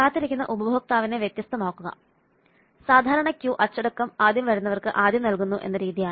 കാത്തിരിക്കുന്ന ഉപഭോക്താവിനെ വ്യത്യസ്തമാക്കുക സാധാരണ ക്യൂ അച്ചടക്കം ആദ്യം വരുന്നവർക്ക് ആദ്യം നൽകുന്നു എന്ന രീതിയാണ്